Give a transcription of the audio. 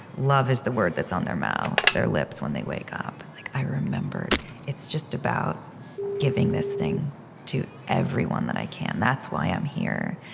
love is the word that's on their mouth, their lips, when they wake up like, i remembered it's just about giving this thing to everyone that i can. that's why i'm here.